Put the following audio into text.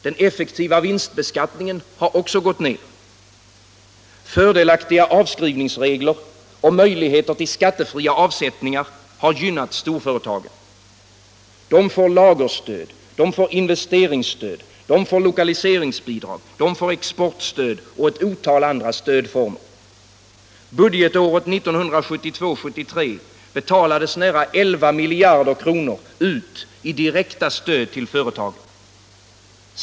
Den effektiva vinstbeskattningen har också gått ner. Fördelaktiga avskrivningsregler och möjligheter till skattefria avsättningar har gynnat storföretagen. De får lagerstöd, investeringsstöd, lokaliseringsbidrag, exportstöd och ett otal andra stödformer. Budgetåret 1972/73 betalades nära 11 miljarder kronor ut i direkt stöd till företagen.